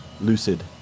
Lucid